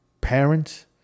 parents